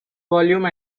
volume